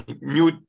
new